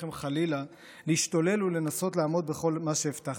אתכם חלילה להשתולל ולנסות לעמוד בכל מה שהבטחתם,